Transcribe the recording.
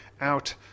out